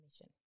mission